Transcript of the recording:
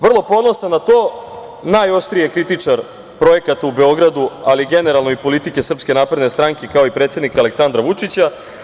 Vrlo ponosan na to, najoštriji je kritičar projekata u Beogradu, ali generalno i politike SNS, kao i predsednika Aleksandra Vučića.